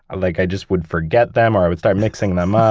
like i just would forget them, or i would start mixing them ah